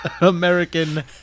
American